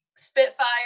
Spitfire